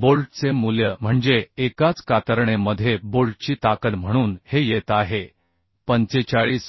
बोल्टचे मूल्य म्हणजे एकाच कातरणे मध्ये बोल्टची ताकद म्हणून हे येत आहे 45